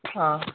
ହଁ